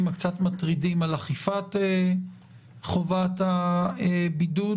הקצת מטרידים על אכיפת חובת הבידוד,